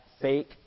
fake